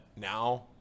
now